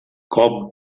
com